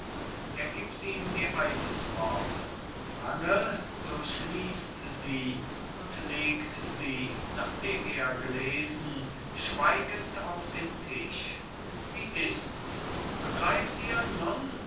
er gibt ihm die eidesformel wrangel durchliest sie und legt sie nachdem er gelesen schweigend auf den tisch wie ists begreift ihr nun